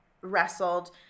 wrestled